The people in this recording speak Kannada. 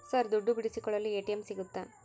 ಸರ್ ದುಡ್ಡು ಬಿಡಿಸಿಕೊಳ್ಳಲು ಎ.ಟಿ.ಎಂ ಸಿಗುತ್ತಾ?